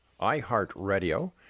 iHeartRadio